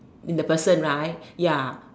the person right ya